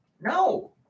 No